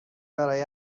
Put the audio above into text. برای